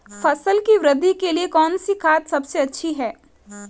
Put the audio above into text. फसल की वृद्धि के लिए कौनसी खाद सबसे अच्छी है?